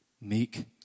meek